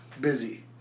busy